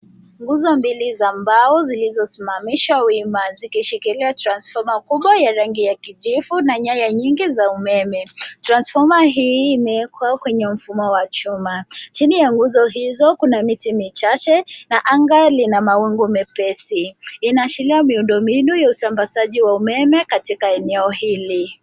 Nguzo mbili za mbao zilizosimamishwa wima zikishikilia transfoma kubwa ya rangi ya kijivu na nyaya nyingi za umeme. Transfoma hii imewekwa kwenye mfumo wa chuma. Chini ya nguzo hizo kuna miti michache na anga lina mawingu mepesi. Inaashiria miundombinu ya usambazaji wa umeme katika eneo hili.